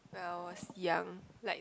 when I was young like